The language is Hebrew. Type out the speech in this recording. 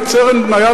את סרן בניה,